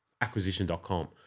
acquisition.com